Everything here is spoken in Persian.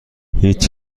هیچ